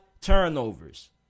turnovers